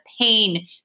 pain